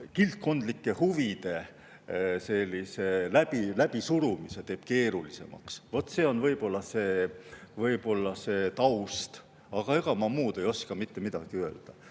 kildkondlike huvide läbisurumise keerulisemaks. See on võib-olla see taust, ega ma muud ei oska mitte midagi